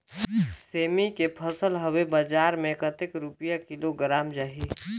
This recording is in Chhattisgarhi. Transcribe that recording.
सेमी के फसल हवे बजार मे कतेक रुपिया किलोग्राम जाही?